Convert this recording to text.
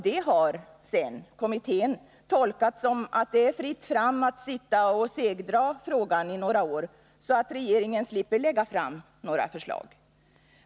Detta har kommittén tolkat så, att det är fritt fram att sitta och segdra frågan i några år, så att regeringen slipper lägga fram 31 några förslag.